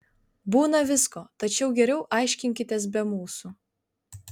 būna visko tačiau geriau aiškinkitės be mūsų